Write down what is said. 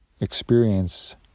Experience